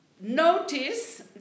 Notice